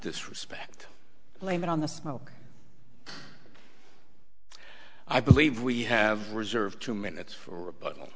disrespect blame it on the smoke i believe we have reserved two minutes for rebut